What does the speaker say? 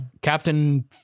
Captain